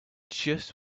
just